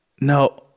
No